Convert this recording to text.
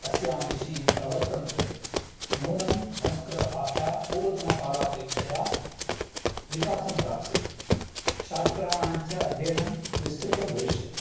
अस्यां दिशि प्रवर्तन्ते नूनं संस्कृतभाषा पूर्वतनकालापेक्षया विकासं प्राप्स्यति शास्त्राणाञ्च अध्ययनं विस्तृतं भविष्यति